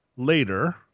Later